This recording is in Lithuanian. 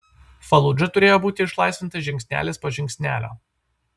faludža turėjo būti išlaisvinta žingsnelis po žingsnelio